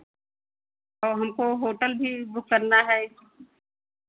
और हमको होटल भी बुक करना है